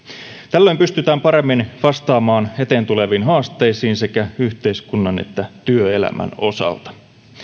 tällöin pystytään paremmin vastaamaan eteen tuleviin haasteisiin sekä yhteiskunnan että työelämän osalta